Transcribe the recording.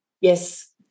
yes